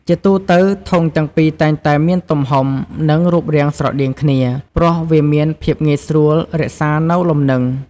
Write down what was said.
ជាទូទៅ ធុងទាំងពីរតែងតែមានទំហំ និងរូបរាងស្រដៀងគ្នា ព្រោះវាមានភាពងាយស្រួលរក្សានៅលំនឹង។